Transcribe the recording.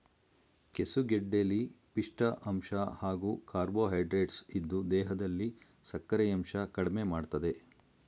ಕೆಸುಗೆಡ್ಡೆಲಿ ಪಿಷ್ಠ ಅಂಶ ಹಾಗೂ ಕಾರ್ಬೋಹೈಡ್ರೇಟ್ಸ್ ಇದ್ದು ದೇಹದಲ್ಲಿ ಸಕ್ಕರೆಯಂಶ ಕಡ್ಮೆಮಾಡ್ತದೆ